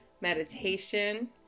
meditation